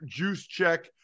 JuiceCheck